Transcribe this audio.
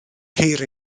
ceir